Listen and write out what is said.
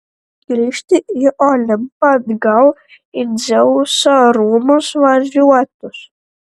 grįžt į olimpą atgal į dzeuso rūmus variuotus